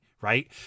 right